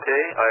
Okay